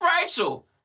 Rachel